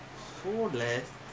இப்பதா:ippathaa expensive